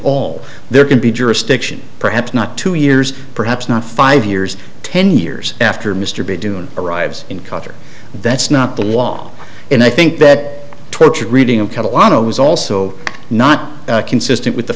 all there could be jurisdiction perhaps not two years perhaps not five years ten years after mr b doing arrives in culture that's not the law and i think that tortured reading of cut a lot of it was also not consistent with the